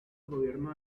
gobierno